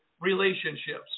relationships